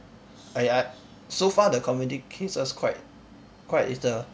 !aiya! so far the community cases quite quite little